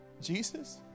Jesus